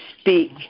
speak